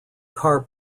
car